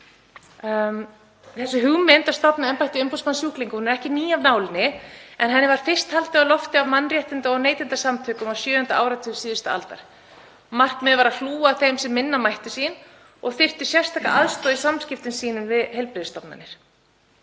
að því að stofna embætti umboðsmanns sjúklinga er ekki ný af nálinni en henni var fyrst haldið á lofti af mannréttinda- og neytendasamtökum á sjöunda áratug síðustu aldar. Markmiðið var að hlúa að þeim sem minna mættu sín og þyrftu sérstaka aðstoð í samskiptum sínum við heilbrigðisstofnanir.